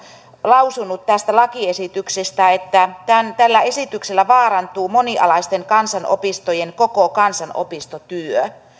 lausunut tästä lakiesityksestä että tällä esityksellä vaarantuu moni alaisten kansanopistojen koko kansanopistotyö